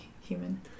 human